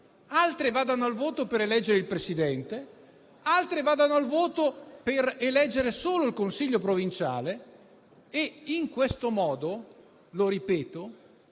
altre vadano al voto per eleggere il Presidente e altre ancora per eleggere solo il consiglio provinciale: in questo modo si